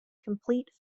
complete